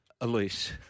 Elise